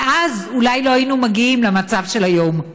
ואז אולי לא היינו מגיעים למצב של היום.